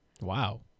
Wow